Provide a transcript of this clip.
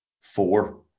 four